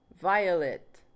violet